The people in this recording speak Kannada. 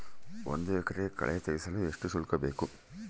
ಒಂದು ಎಕರೆ ಕಳೆ ತೆಗೆಸಲು ಎಷ್ಟು ಶುಲ್ಕ ಬೇಕು?